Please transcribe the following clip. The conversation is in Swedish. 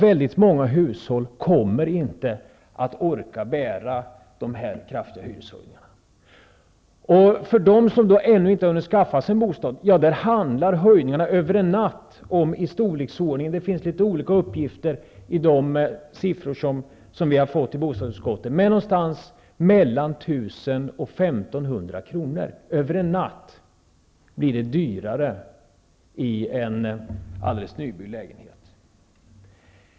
Väldigt många hushåll kommer inte att orka bära de här kraftiga hyreshöjningarna. För dem som ännu inte har hunnit skaffa sig en bostad handlar höjningarna över en natt om -- det finns litet olika uppgifter i de siffror som vi har fått i bostadsutskottet -- någonting mellan 1 000 och 1 500 kr. Över en natt blir det så mycket dyrare att hyra en alldeles nybyggd lägenhet.